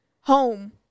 home